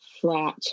flat